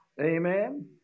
Amen